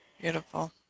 Beautiful